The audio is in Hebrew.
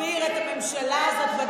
הגנת פעם אחת על היכולת שלי לדבר.